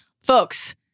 Folks